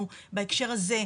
אנחנו בהקשר הזה,